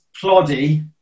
ploddy